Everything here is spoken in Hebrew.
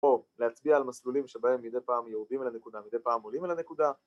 ‫או להצביע על מסלולים שבהם ‫מדי פעם יורדים אל הנקודה, ‫מדי פעם עולים אל הנקודה.